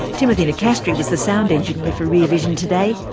timothy nicastri was the sound engineer for rear vision today.